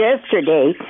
yesterday